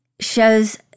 shows